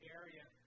area